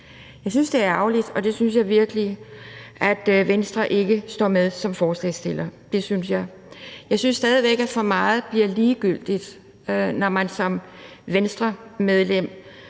Jeg synes, det er ærgerligt – og det synes jeg virkelig – at Venstre ikke er med som forslagsstiller. Det synes jeg. Jeg synes stadig væk, at for meget bliver ligegyldigt, hvis man som Venstremedlem